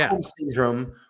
syndrome